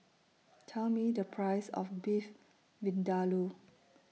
Tell Me The Price of Beef Vindaloo